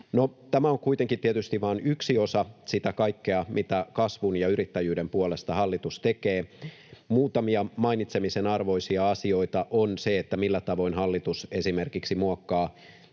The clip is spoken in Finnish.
tämä on kuitenkin tietysti vain yksi osa sitä kaikkea, mitä kasvun ja yrittäjyyden puolesta hallitus tekee. Muutamia mainitsemisen arvoisia asioita: Yksi on se, millä tavoin hallitus esimerkiksi muokkaa